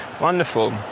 wonderful